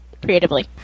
creatively